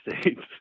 States